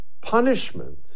Punishment